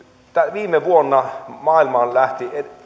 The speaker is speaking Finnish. viime vuonna maailmalla lähti enemmän